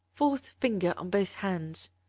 fourth finger on both hands.